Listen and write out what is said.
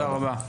תודה רבה.